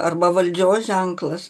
arba valdžios ženklas